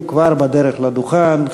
הוא כבר בדרך לדוכן,